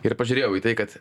ir pažiūrėjau į tai kad